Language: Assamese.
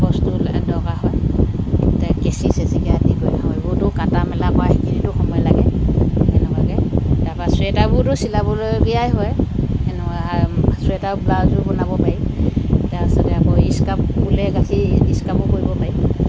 বস্তু দৰকাৰ হয় এতিয়া কেঁচি চেঁচিকে আদি কৰি সইবোৰতো কটা মেলাৰপৰা সেইখিনিতো সময় লাগে সেনেকুৱাকৈ তাৰপৰা ছুৱেটাৰবোৰো চিলাবলগীয়াই হয় সেনেকুৱা ছুৱেটাৰ ব্লাউজো বনাব পাৰি তাৰপিছতে আকৌ ইচকাফ ঊলে গাঁঠি ইচকাফো কৰিব পাৰি